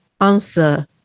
answer